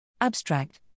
Abstract